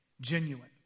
genuine